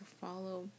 follow